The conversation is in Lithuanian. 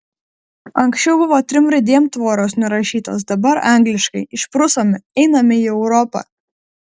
anksčiau buvo trim raidėm tvoros nurašytos dabar angliškai išprusome einame į europą